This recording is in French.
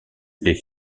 les